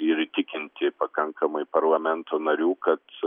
ir įtikinti pakankamai parlamento narių kad